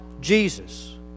Jesus